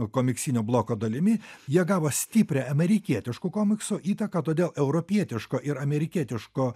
komiksinio bloko dalimi jie gavo stiprią amerikietiško komikso įtaką todėl europietiško ir amerikietiško